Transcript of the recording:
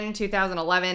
2011